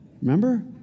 Remember